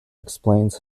explains